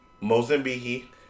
Mozambique